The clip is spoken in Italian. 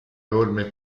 orme